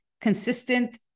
consistent